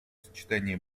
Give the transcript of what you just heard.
сочетании